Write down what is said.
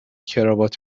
کراوات